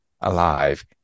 alive